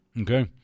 Okay